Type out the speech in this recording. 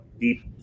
deep